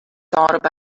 thought